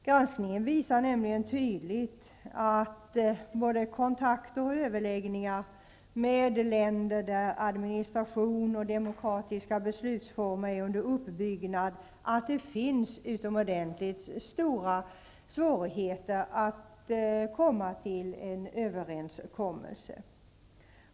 Granskningen visar tydligt att kontakter och överläggningar med länder där administration och demokratiska beslutsformer är under uppbyggnad är svåra att genomföra och att svårigheterna är stora att komma fram till en överenskommelse.